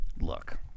Look